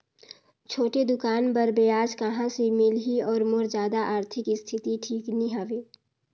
छोटे दुकान बर ब्याज कहा से मिल ही और मोर जादा आरथिक स्थिति ठीक नी हवे?